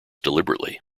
deliberately